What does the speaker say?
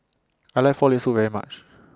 I like Frog Leg Soup very much